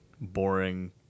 boring